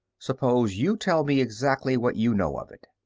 suppose you tell me exactly what you know of it.